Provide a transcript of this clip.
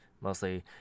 mostly